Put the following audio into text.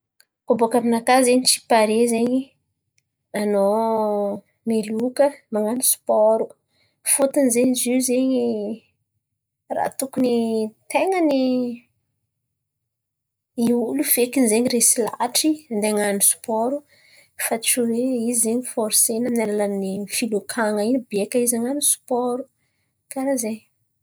Koa boaka aminakà edy tsy pare zen̈y anao miloka man̈ano sipôro fôtony zen̈y zio zen̈y raha tokony ten̈a ny i olo io fo zen̈y resy lahatry handeha han̈ano sipôro fa tsy oe izy zen̈y fôrosena amin'ny alalan'ny filokan̈a in̈y biaka izy han̈ano sipôro. Karà zen̈y.